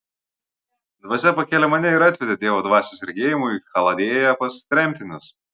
dvasia pakėlė mane ir atvedė dievo dvasios regėjimu į chaldėją pas tremtinius